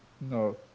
No